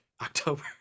october